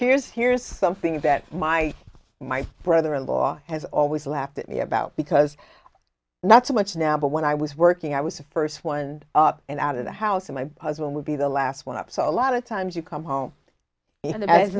here's here's something that my my brother in law has always laughed at me about because not so much now but when i was working i was the first one up and out of the house and my husband would be the last one up so a lot of times you come home and th